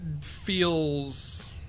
feels